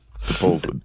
supposed